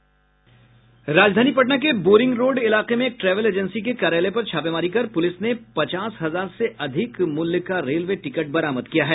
राजधानी पटना के Boring Road इलाके में एक ट्रैवल एजेंसी के कार्यालय पर छापेमारी कर पुलिस ने पचास हजार से अधिक मूल्य के रेलवे टिकट बरामद किया है